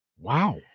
Wow